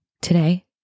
today